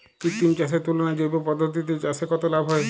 কৃত্রিম চাষের তুলনায় জৈব পদ্ধতিতে চাষে কত লাভ হয়?